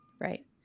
Right